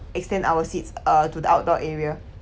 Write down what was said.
extend our seats uh to the outdoor area